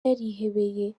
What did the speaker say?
yarihebeye